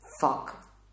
Fuck